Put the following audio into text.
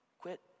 quit